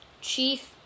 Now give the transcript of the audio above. Chief